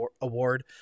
award